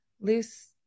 loose